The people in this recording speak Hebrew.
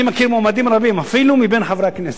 אני מכיר מועמדים רבים, אפילו מבין חברי הכנסת.